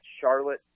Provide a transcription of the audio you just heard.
Charlotte